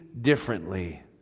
differently